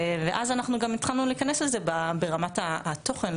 ואז אנחנו גם התחלנו להיכנס לזה ברמת התוכן,